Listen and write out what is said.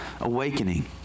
awakening